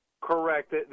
Correct